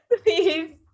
please